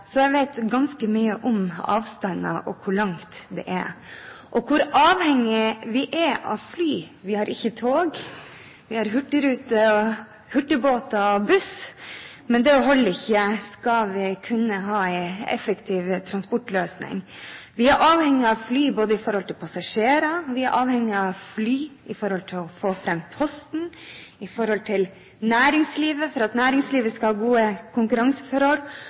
så jeg vet ganske mye om avstander, om hvor langt det er, og hvor avhengige vi er av fly. Vi har ikke tog. Vi har hurtigrute, hurtigbåter og buss, men det holder ikke, skal vi kunne ha en effektiv transportløsning. Vi er avhengige av fly for å frakte passasjerer, for å få fram posten, for at næringslivet skal ha gode